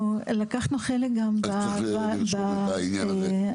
צריך לבדוק את העניין הזה,